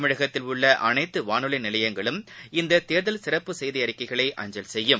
தமிழகத்தில் உள்ள அனைத்துவானொலிநிலையங்களும் இந்ததேர்தல் சிறப்பு செய்திஅறிக்கைகளை அஞ்சல் செய்யும்